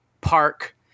park